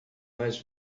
mais